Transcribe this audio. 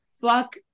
Fuck